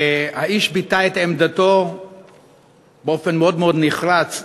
האיש ביטא את עמדתו באופן מאוד מאוד נחרץ,